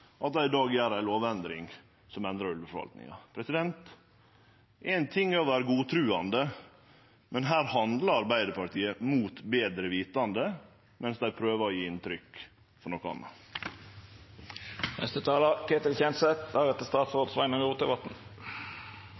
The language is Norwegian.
at dei i dag gjer ei lovendring som endrar ulveforvaltinga. Éin ting er å vere godtruande, men her handlar Arbeidarpartiet mot betre vitande, mens dei prøver å gje inntrykk av noko